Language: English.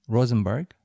Rosenberg